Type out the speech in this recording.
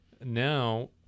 Now